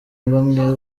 bamwe